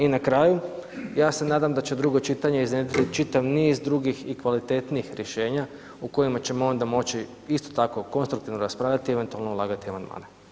I na kraju, ja se nadam da će drugo čitanje iznjedriti čitav niz drugih i kvalitetnijih rješenja u kojima ćemo onda moći isto tako konstruktivno raspravljati i eventualno ulagati amandmane.